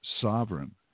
sovereign